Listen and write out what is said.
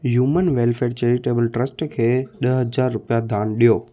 यूमन welfare charitable trust खे ॾह हज़ार रुपिया दान ॾियो